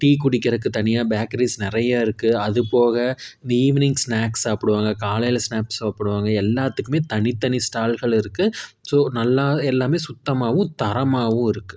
tea குடிக்கிதுறக்கு தனியாக bakeries நிறையருக்கு அதுபோக இந்த ஈவினிங் ஸ்நாக்ஸ் சாப்பிடுவாங்க காலையில் ஸ்நாக்ஸ் சாப்பிடுவாங்க எல்லாத்துக்குமே தனித்தனி ஸ்டால்கள் இருக்குது ஸோ நல்லாவே எல்லாமே சுத்தமாகவும் தரமாகவும் இருக்குது